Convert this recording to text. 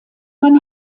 mann